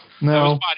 No